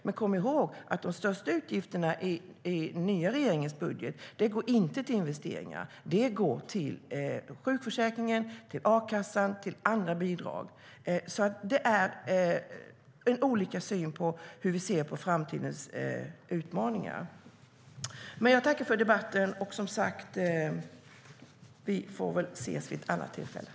Men kom ihåg att de största utgifterna i den nya regeringens budget inte går till investeringar utan till sjukförsäkring, a-kassa och andra bidrag. Vi har olika syn på framtidens utmaningar, men jag tackar för debatten. Vi lär ses igen.